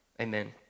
Amen